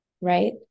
right